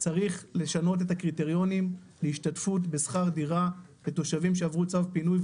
צריך לשנות את הקריטריונים להשתתפות בשכר דירה לתושבים שעברו צו פינוי,